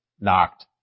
knocked